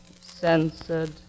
Censored